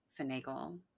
finagle